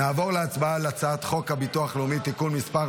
נעבור להצבעה בקריאה ראשונה על הצעת חוק הביטוח הלאומי (תיקון מס'